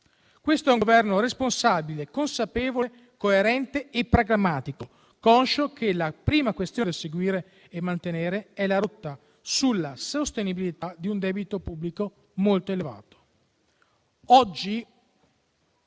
Questo è un Governo responsabile, consapevole, coerente e pragmatico, conscio che la rotta da seguire e mantenere è quella della sostenibilità di un debito pubblico molto elevato.